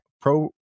pro